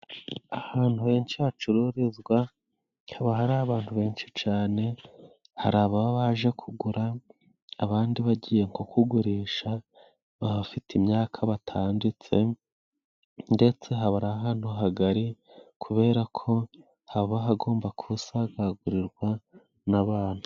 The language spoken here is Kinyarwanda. Ahantu henshi hacururizwa haba hari abantu benshi cane, hari ababa baje kugura abandi bagiye nko kugurisha bahafite imyaka batanditse, ndetse haba ari ahantu hagari, kubera ko haba hagomba kwisagagurirwa n'abantu.